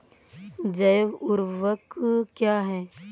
जैव ऊर्वक क्या है?